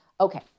Okay